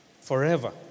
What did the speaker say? forever